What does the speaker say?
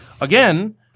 Again